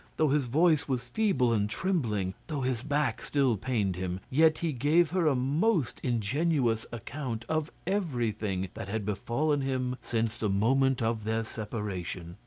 though his voice was feeble and trembling, though his back still pained him, yet he gave her a most ingenuous account of everything that had befallen him since the moment of their separation.